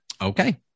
Okay